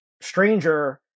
stranger